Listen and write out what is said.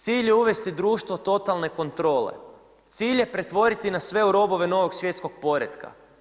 Cilj je uvesti društvo totalne kontrole, cilj je pretvoriti na sve u robove novog Svjetskog poretka.